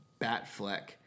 Batfleck